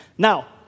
Now